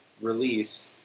release